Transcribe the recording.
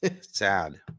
Sad